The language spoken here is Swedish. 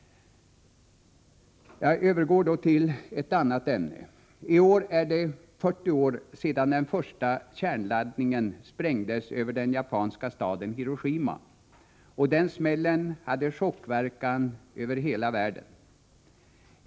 Jag övergår nu till ett annat ämne. I år är det 40 år sedan den första kärnladdningen sprängdes över den japanska staden Hiroshima, och den smällen hade en chockverkan över hela världen.